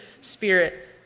Spirit